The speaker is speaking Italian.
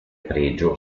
pregio